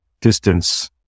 distance